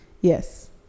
Yes